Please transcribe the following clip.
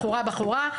בחורה-בחורה,